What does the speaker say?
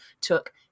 took